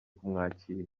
kumwakira